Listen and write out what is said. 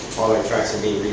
all our tracks are being